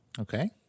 okay